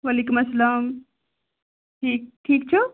وعلیکُم السلام ٹھیٖک ٹھیٖک چھُو